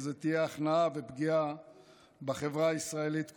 כי זו תהיה הכנעה ופגיעה בחברה הישראלית כולה.